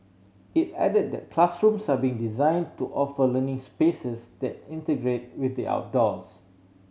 it added that classrooms are being design to offer learning spaces that integrate with the outdoors